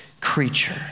creature